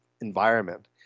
environment